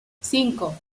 cinco